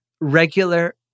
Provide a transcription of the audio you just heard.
regular